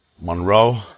Monroe